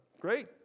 Great